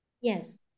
yes